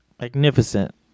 magnificent